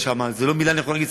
זה לא מילה נכונה להגיד,